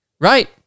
Right